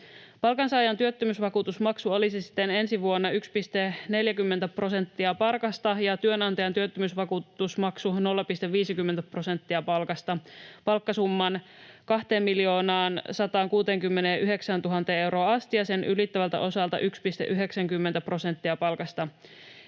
Palkansaajan työttömyysvakuutusmaksu olisi siten ensi vuonna 1,40 prosenttia palkasta ja työnantajan työttömyys- vakuutusmaksu 0,50 prosenttia palkasta palkkasumman 2 169 000 euroon asti ja sen ylittävältä osalta 1,90 prosenttia palkasta.